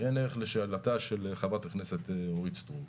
עיין ערך שאלתה של חברת הכנסת אורית סטרוק,